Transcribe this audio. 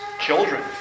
children